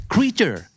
Creature